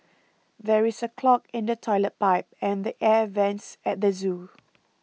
there is a clog in the Toilet Pipe and the Air Vents at the zoo